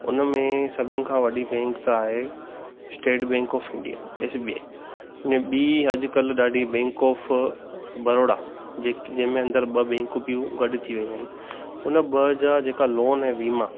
उन में सभिनि खां वॾी बैंक त आहे State Bank of India S B I अने बि अॼुकल्ह ॾाढी बैंक ऑफ बड़ौदा जेकी जंहिंमें अंदरि ॿ बैंकूं बियूं गॾु थी वयूं आहिनि हुन ॿ जा जेका लोन ऐं वीमा